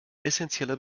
essentielle